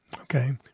Okay